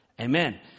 Amen